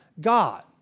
God